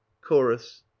chorus